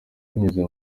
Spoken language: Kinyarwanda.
binyuze